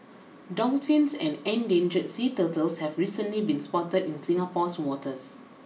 dolphins and endangered sea turtles have recently been spotted in Singapore's waters